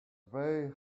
very